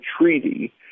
treaty